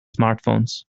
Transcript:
smartphones